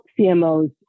CMOs